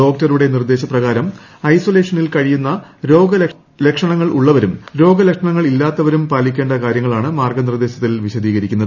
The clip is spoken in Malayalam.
ഡോക്ടറുടെ നിർദ്ദേശപ്രകാരം ഐസൊലേഷനിൽ കഴിയുന്ന രോഗലക്ഷണങ്ങൾ ഉള്ളവരും രോഗലക്ഷണങ്ങൾ ഇല്ലാത്തവരും പാലിക്കേണ്ട കാര്യങ്ങളാണ് മാർഗ്ഗനിർദ്ദേശത്തിൽ വിശദീകരിക്കുന്നത്